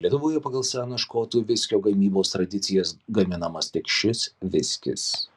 lietuvoje pagal senas škotų viskio gamybos tradicijas gaminamas tik šis viskis